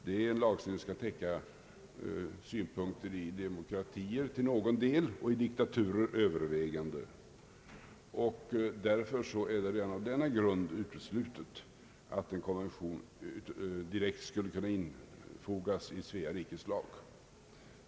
Det är en lagstiftning som skall täcka synpunkterna i demokratier till någon del och i diktaturer till övervägande delen. Det är redan av denna anledning uteslutet att en konvention direkt skulle kunna infogas i Sveriges rikes lag.